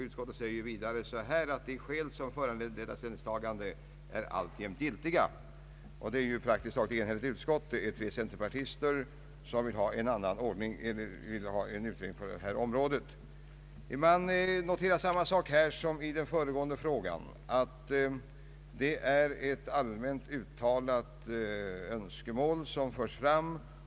Utskottet anför vidare att de skäl som föranledde detta ställningstagande alltjämt är giltiga. Utskottet är praktiskt taget enhälligt. Endast tre centerpartister vill ha en utredning på det här området. Man noterar samma sak här som i det föregående ärendet, nämligen att det är ett allmänt uttalat önskemål som förs fram.